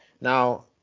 Now